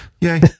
Yay